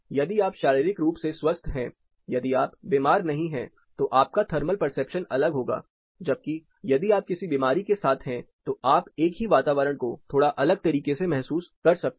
यदि आप शारीरिक रूप से स्वस्थ हैं यदि आप बीमार नहीं हैं तो आपका थर्मल परसेप्शन अलग होगा जबकि यदि आप किसी बीमारी के साथ हैं तो आप एक ही वातावरण को थोड़ा अलग तरीके से महसूस कर सकते हैं